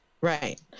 Right